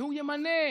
והוא ימנה,